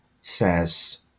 says